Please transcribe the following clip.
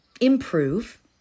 improve